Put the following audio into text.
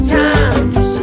times